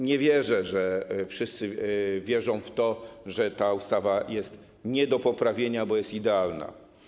Nie wierzę, że wszyscy wierzą w to, że ta ustawa jest nie do poprawienia, bo jest idealna.